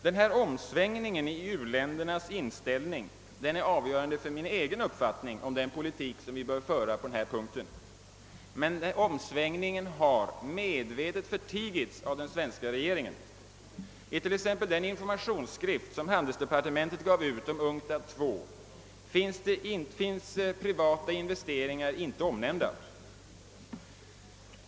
Denna omsvängning i u-ländernas inställning är avgörande för min egen uppfattning om den politik som vi bör föra på denna punkt. Men omsvängningen har medvetet förtigits av den svenska regeringen. I t.ex. den informationsskrift som handelsdepartementet gav ut om UNCTAD II finns privata investeringar inte omnämnda.